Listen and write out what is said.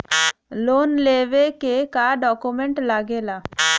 Loan लेवे के का डॉक्यूमेंट लागेला?